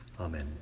Amen